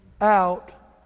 out